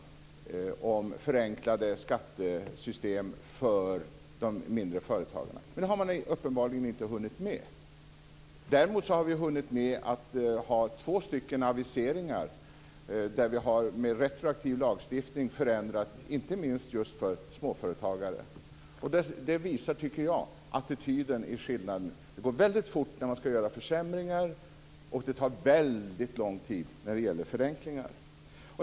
Det gällde förenklade skattesystem för de mindre företagen. Men det har man uppenbarligen inte hunnit med. Däremot har vi hunnit med att ha två aviseringar där vi med retroaktiv lagstiftning har förändrat inte minst för just småföretagare. Det visar, tycker jag, skillnaden i attityden. Det går väldigt fort när man skall göra försämringar, och det tar väldigt lång tid när det gäller förenklingar.